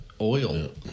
oil